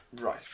Right